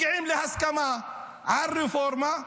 מגיעים להסכמה על רפורמה,